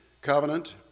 covenant